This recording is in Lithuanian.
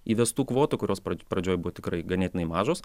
įvestų kvotų kurios pradžioj buvo tikrai ganėtinai mažos